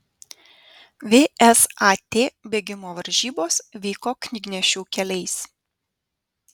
vsat bėgimo varžybos vyko knygnešių keliais